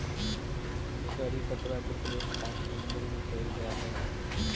करी पत्तवा के प्रयोग खाद्य व्यंजनवन में कइल जाहई